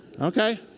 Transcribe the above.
Okay